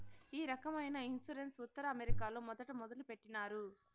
ఈ రకమైన ఇన్సూరెన్స్ ఉత్తర అమెరికాలో మొదట మొదలుపెట్టినారు